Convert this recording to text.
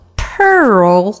pearl